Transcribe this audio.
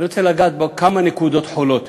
אני רוצה לגעת בכמה נקודות חולות,